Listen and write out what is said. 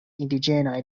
indiĝenaj